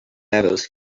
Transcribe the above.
levels